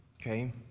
okay